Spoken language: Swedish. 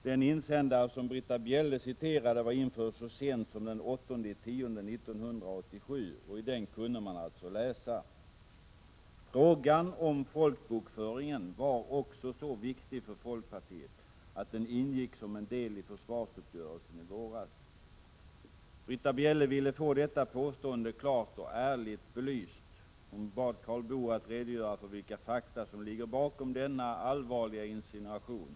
Den insändare som Britta Bjelle citerade var införd så sent som den 8 oktober 1987, och i den kunde man alltså läsa: Frågan om folkbokföringen var också så viktig för folkpartiet att den ingick som en del i försvarsuppgörelsen i våras. Britta Bjelle ville få detta påstående klart och ärligt belyst, och hon bad Karl Boo redogöra för vilka fakta som låg bakom denna allvarliga insinuation.